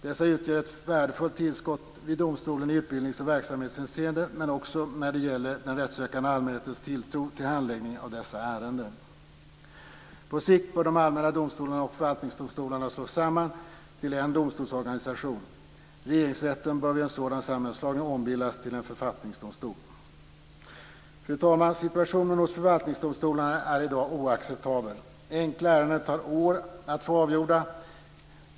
Dessa utgör ett värdefullt tillskott vid domstolen i utbildnings och verksamhetshänseende, men också när det gäller den rättssökande allmänhetens tilltro till handläggningen av dessa ärenden. På sikt bör de allmänna domstolarna och förvaltningsdomstolarna slås samman till en domstolsorganisation. Regeringsrätten bör vid en sådan sammanslagning ombildas till en författningsdomstol. Fru talman! Situationen hos förvaltningsdomstolarna är i dag oacceptabel. Enkla ärenden tar år att få avgjorda.